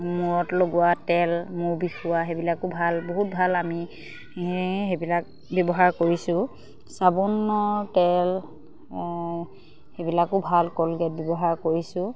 মূৰত লগোৱা তেল মূৰ বিষোৱা সেইবিলাকো ভাল বহুত ভাল আমি সেইবিলাক ব্যৱহাৰ কৰিছোঁ চাবোনৰ তেল সেইবিলাকো ভাল কলগেট ব্যৱহাৰ কৰিছোঁ